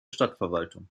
stadtverwaltung